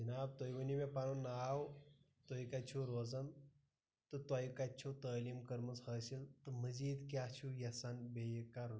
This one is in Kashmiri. جِناب تُہۍ ؤنو مےٚ پَنُن ناو تُہۍ کَتہِ چھِو روزان تہٕ تۄہہ کَتہِ چھو تعلیٖم کٔرمٕژ حٲصِل تہٕ مٔزیٖد کیٚاہ چھُ یَژھان بیٚیہِ کَرُن